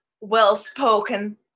well-spoken